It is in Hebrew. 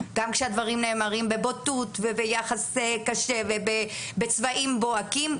גם שהדברים נאמרים בבוטות וביחס קשה ובצבעים בוהקים,